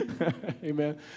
Amen